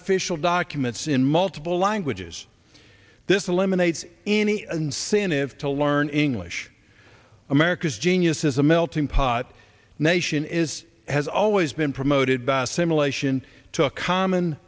official documents in multiple languages this eliminates any incentive to learn english america's genius is a melting pot nation is has always been promoted by assimilation took common